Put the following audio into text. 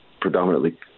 predominantly